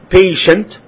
patient